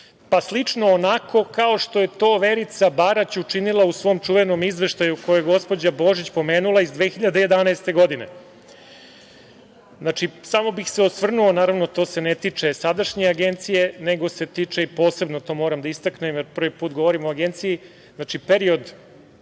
pa slično onako kao što je to Verica Barać učinila u svom čuvenom izveštaju koji je gospođa Božić pomenula iz 2011. godine. Samo bih se osvrnuo, naravno, to se ne tiče sadašnje agencije, nego se tiče, posebno to moram da istaknem jer prvi put govorim o Agenciji, perioda